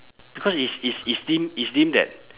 because it's it's it's deemed it's deemed that